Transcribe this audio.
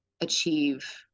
achieve